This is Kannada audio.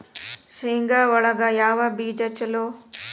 ಶೇಂಗಾ ಒಳಗ ಯಾವ ಬೇಜ ಛಲೋ?